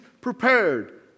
prepared